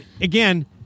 again